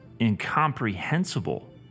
incomprehensible